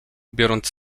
biorąc